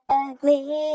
ugly